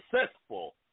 successful